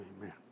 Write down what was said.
amen